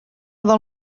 del